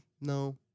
No